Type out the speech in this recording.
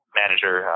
manager